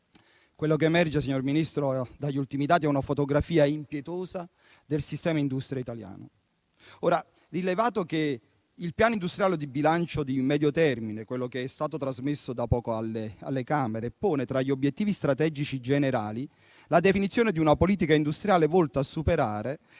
Quello che emerge, signor Ministro, dagli ultimi dati è una fotografia impietosa del sistema industriale italiano. Ora, rilevato che il piano industriale di bilancio di medio termine, quello che è stato trasmesso da poco alle Camere, pone tra gli obiettivi strategici generali la definizione di una politica industriale volta a superare